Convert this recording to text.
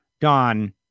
Don